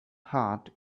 heart